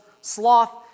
sloth